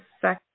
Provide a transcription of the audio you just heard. second